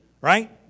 right